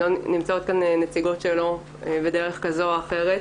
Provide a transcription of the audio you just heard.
נמצאות כאן נציגות שלו בדרך כזאת או אחרת,